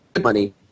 money